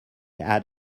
had